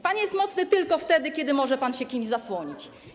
Pan jest mocny tylko wtedy, kiedy może pan się kimś zasłonić.